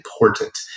important